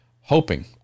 hoping